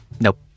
Nope